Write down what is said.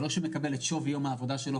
זה לא שהוא מקבל את שווי יום העבודה שלו,